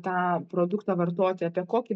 tą produktą vartoti apie kokį